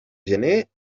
gener